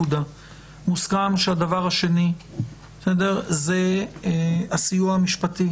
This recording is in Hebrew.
מוסכם שהדבר השני זה הסיוע המשפטי,